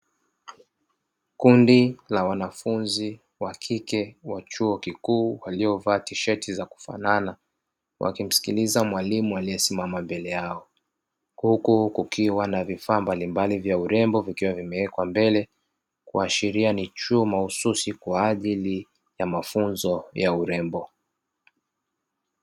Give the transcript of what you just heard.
Kundi la wanafunzi wa kike wa chuo kikuu waliovaa tisheti za kufanana, wakimsikiliza mwalimu aliyesimama mbele yao, huku kukiwa na vifaa mbalimbali vya urembo, vikiwa vimewekwa mbele kuashiria ni chuo mahususi kwa ajili ya mafunzo ya urembo.